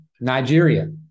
Nigeria